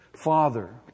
Father